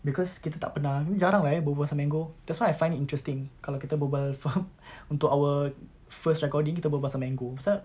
because kita tak pernah I mean jarang lah ya berbual pasal mango that's what I find it interesting kalau kita berbual faha~ untuk our first recording kita berbual pasal mango pasal